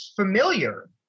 familiar